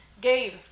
Gabe